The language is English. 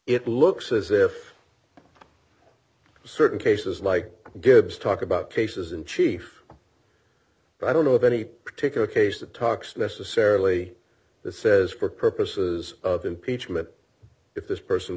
it looks as if certain cases like gibbs talk about cases in chief but i don't know of any particular case that talks necessarily that says for purposes of impeachment if this person